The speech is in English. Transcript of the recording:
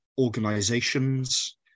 organizations